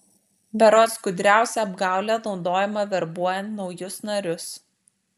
berods gudriausia apgaulė naudojama verbuojant naujus narius